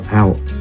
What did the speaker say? out